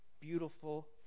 beautiful